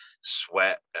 sweat